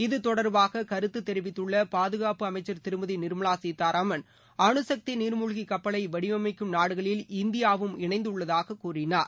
இது தொடர்பாக கருத்து தெரிவித்துள்ள பாதுகாப்பு அமைச்சர் திருமதி நிர்மலா சீதாராமன் அணுசக்தி நீர்மூழ்க்கி கப்பலை வடிவமைக்கும் நாடுகளில் இந்தியாவும் இணைந்துள்ளதாக கூறினார்